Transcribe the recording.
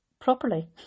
Properly